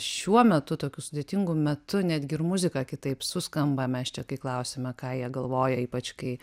šiuo metu tokiu sudėtingu metu netgi ir muzika kitaip suskamba mes čia kai klausiame ką jie galvoja ypač kai